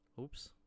Oops